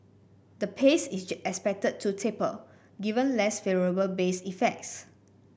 the pace is expected to taper given less favourable base effects